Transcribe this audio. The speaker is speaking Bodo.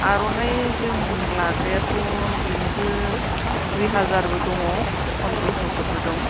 आर'नाइ जों लाग्रायाथ' बेबो दुइ हाजारबो दङ फनद्रस'फोरबो दं